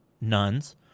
nuns